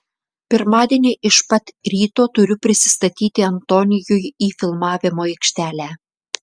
pirmadienį iš pat ryto turiu prisistatyti antonijui į filmavimo aikštelę